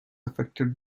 affected